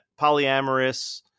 polyamorous